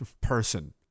person